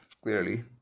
clearly